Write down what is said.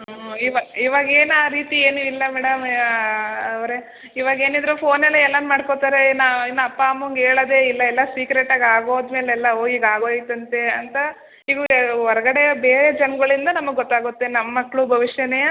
ಹಾಂ ಇವಾ ಇವಾಗ ಏನು ಆ ರೀತಿ ಏನು ಇಲ್ಲ ಮೇಡಮ್ ಅವರೆ ಇವಾಗ ಏನಿದ್ದರು ಫೋನಲ್ಲೇ ಎಲ್ಲಾನು ಮಾಡ್ಕೋತಾರೆ ಇನ್ನ ಇನ್ನು ಅಪ್ಪ ಅಮ್ಮಂಗೆ ಹೇಳದೇ ಇಲ್ಲ ಎಲ್ಲ ಸೀಕ್ರೆಟ್ ಆ ಹೋದಮೇಲೆ ಎಲ್ಲ ಹೋ ಹೀಗೆ ಆಗೋಯ್ತು ಅಂತೆ ಅಂತ ಇವ್ಯೆವು ಹೊರ್ಗಡೆಯ ಬೇರೆ ಜನಗಳಿಂದ ನಮಗೆ ಗೊತ್ತಾಗುತ್ತೆ ನಮ್ಮ ಮಕ್ಕಳು ಭವಿಷ್ಯಾನೇ